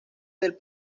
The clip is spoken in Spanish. del